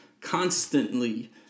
constantly